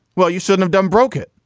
well, you shouldn't have done broke it.